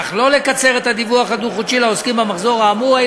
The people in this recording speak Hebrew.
אך לא לקצר את הדיווח הדו-חודשי לעוסקים במחזור האמור.